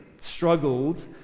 struggled